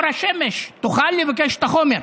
שהתקשורת, אור השמש, תוכל לבקש את החומר.